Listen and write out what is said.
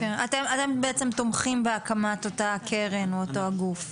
אתם בעצם תומכים בהקמת אותה קרן או אותו גוף.